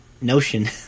notion